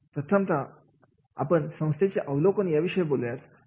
प्रथमतः आपण संस्थेच्या अवलोकन विषय बोलूयात